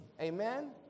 Amen